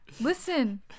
Listen